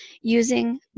using